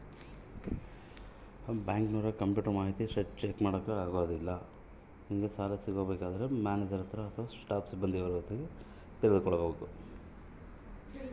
ನಂಗೆ ಸಾಲ ಸಿಗೋದರ ಬಗ್ಗೆ ಜಾಸ್ತಿ ತಿಳಕೋಬೇಕಂದ್ರ ನಾನು ಬ್ಯಾಂಕಿನೋರ ಕಂಪ್ಯೂಟರ್ ಮಾಹಿತಿ ಶೇಟ್ ಚೆಕ್ ಮಾಡಬಹುದಾ?